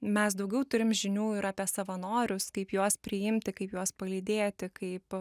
mes daugiau turim žinių ir apie savanorius kaip juos priimti kaip juos palydėti kaip